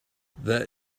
there